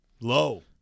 low